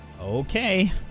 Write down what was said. Okay